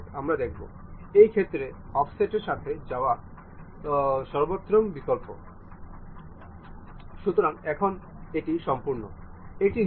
আমরা এই মোটরের জন্য এই rpm নির্বাচন করতে পারি যা আমাদের প্রয়োগ করতে হবে